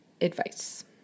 advice